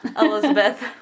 Elizabeth